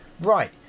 right